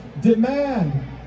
demand